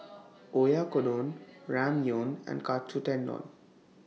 Oyakodon Ramyeon and Katsu Tendon